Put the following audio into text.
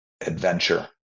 adventure